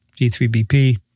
G3BP